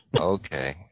Okay